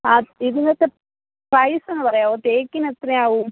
ആ ഇതിനകത്ത് പ്രൈസ് ഒന്ന് പറയാമോ തേക്കിന് എത്രയാകും